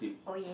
oh yeah